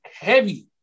heavy